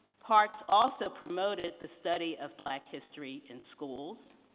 parks also promoted the study of black history in schools,